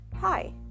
Hi